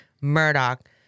Murdoch